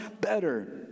better